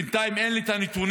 בינתיים אין לי את הנתונים,